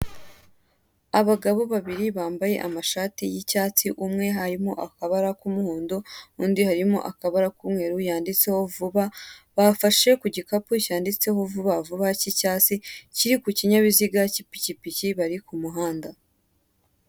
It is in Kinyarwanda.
Abagabo babiri bambaye amashati y'icyatsi, umwe harimo akabara k'umuhondo, undi harimo akabara k'umweru yanditseho vuba, bafashe ku igikapu cyanditseho vuba vuba cy'icyatsi kiri ku kinyabiziga cy'ipikipiki bari ku muhanda.